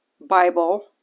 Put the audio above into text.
Bible